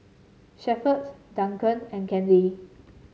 Shepherd Duncan and Candy